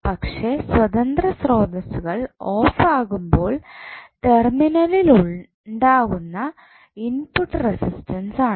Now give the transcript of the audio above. പക്ഷേ സ്വതന്ത്ര സ്രോതസുകൾ ഓഫ് ആകുമ്പോൾ ടെർമിനലിൽ ഉണ്ടാകുന്ന ഇൻപുട്ട് റെസിസ്റ്റൻസ് ആണ്